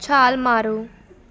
ਛਾਲ ਮਾਰੋ